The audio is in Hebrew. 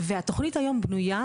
והתוכנית היום בנויה,